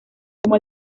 como